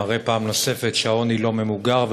מראה פעם נוספת שהעוני לא ממוגר,